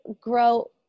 grow